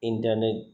internet